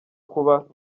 kuba